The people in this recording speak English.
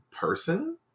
person